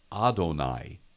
Adonai